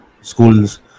schools